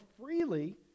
freely